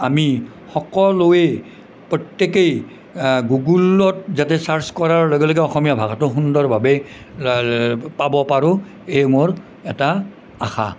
আমি সকলোৱে প্ৰত্য়েকেই গুগুলত যাতে চাৰ্ছ কৰাৰ লগে লগে অসমীয়া ভাষাটো সুন্দৰভাৱে পাব পাৰোঁ এই মোৰ এটা আশা